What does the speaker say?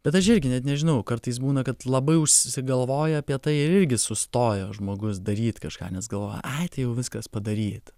bet aš irgi net nežinau kartais būna kad labai užsigalvoja apie tai ir irgi sustoja žmogus daryt kažką nes galvoja ai tai jau viskas padaryta